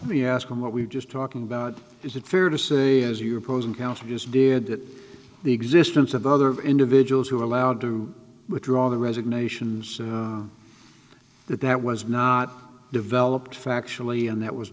we ask him what we've just talking about is it fair to say as you are opposing counsel just did that the existence of other individuals who were allowed to withdraw the resignation that that was not developed factually and that was